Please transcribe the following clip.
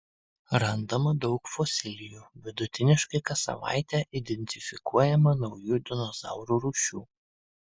randama daug fosilijų vidutiniškai kas savaitę identifikuojama naujų dinozaurų rūšių